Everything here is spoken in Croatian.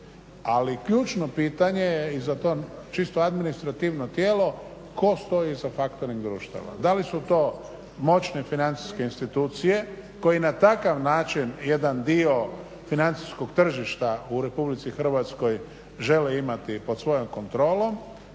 Ali ključno pitanje je i za to čisto administrativno tijelo, tko stoji iza factoring društava, da li su to moćne financijske institucije koje na takav način jedan dio financijskog tržišta u RH žele imati pod svojom kontrolom